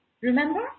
Remember